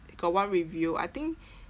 got one review I think